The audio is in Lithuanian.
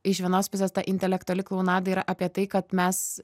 iš vienos pusės ta intelektuali klounada yra apie tai kad mes